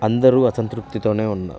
అందరూ అసంతృప్తితోనే ఉన్నారు